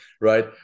right